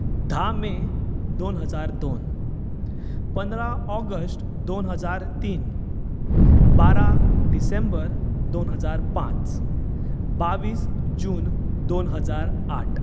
धा मे दोन हजार दोन पंधरा ऑगस्ट दोन हजार तीन बारा डिसेंबर दोन हजार पांच बावीस जुन दोन हजार आठ